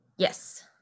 Yes